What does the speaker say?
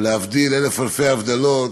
ולהבדיל אלף אלפי הבדלות,